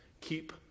Keep